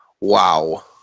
Wow